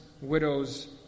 widows